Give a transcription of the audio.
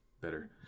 Better